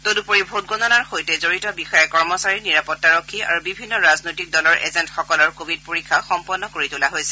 তদুপৰি ভোটগণনাৰ সৈতে জড়িত বিষয়া কৰ্মচাৰী নিৰাপত্তাৰক্ষী আৰু বিভিন্ন ৰাজনৈতিক দলৰ এজেণ্টসকলৰ কোৱিড পৰীক্ষা সম্পন্ন কৰি তোলা হৈছে